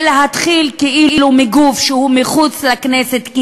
ולהתחיל כאילו מגוף שהוא מחוץ לכנסת,